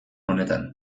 honetan